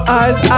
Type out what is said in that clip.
eyes